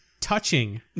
touching